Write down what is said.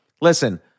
listen